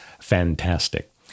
fantastic